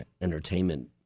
entertainment